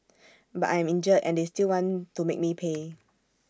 but I'm injured and they still want to make me pay